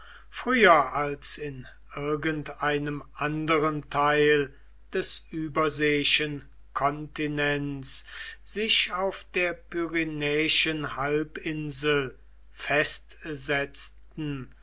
früher als in irgendeinem anderen teil des überseeischen kontinents sich auf der pyrenäischen halbinsel festsetzten